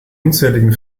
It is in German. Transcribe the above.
unzähligen